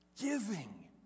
Giving